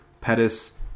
Pettis